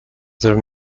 their